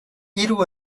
hiru